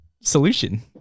solution